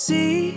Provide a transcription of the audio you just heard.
See